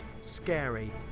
scary